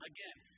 Again